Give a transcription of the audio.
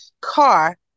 car